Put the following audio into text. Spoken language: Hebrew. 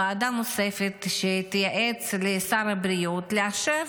ועדה נוספת שתייעץ לשר הבריאות לאשר